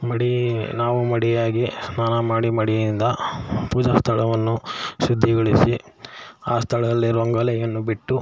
ಮಡಿ ನಾವು ಮಡಿಯಾಗಿ ಸ್ನಾನ ಮಾಡಿ ಮಡಿಯಿಂದ ಪೂಜಾ ಸ್ಥಳವನ್ನು ಶುದ್ಧಿಗೊಳಿಸಿ ಆ ಸ್ಥಳದಲ್ಲಿ ರಂಗೋಲಿಯನ್ನು ಬಿಟ್ಟು